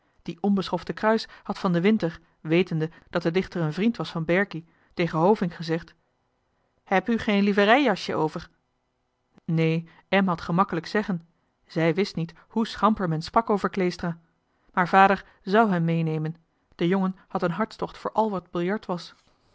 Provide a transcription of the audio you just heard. die onbeschofte cruyss had van den winter wetende dat de dichter een vriend was van berkie tegen hovink gezegd heb ù geen liverei jasje over neen em johan de meester de zonde in het deftige dorp had gemakkelijk zeggen zij wist niet hoeschamper men sprak over kleestra maar vader zu hem meenemen de jongen had een hartstocht voor al wat biljart was